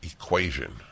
equation